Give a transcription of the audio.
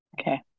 Okay